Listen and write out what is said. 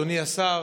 אדוני השר,